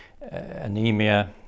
anemia